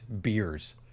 beers